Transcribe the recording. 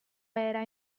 era